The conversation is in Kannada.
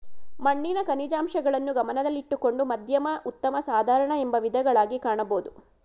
ಮಣ್ಣಿನ ಖನಿಜಾಂಶಗಳನ್ನು ಗಮನದಲ್ಲಿಟ್ಟುಕೊಂಡು ಮಧ್ಯಮ ಉತ್ತಮ ಸಾಧಾರಣ ಎಂಬ ವಿಧಗಳಗಿ ಕಾಣಬೋದು